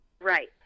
Right